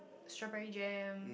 strawberry jam